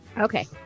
Okay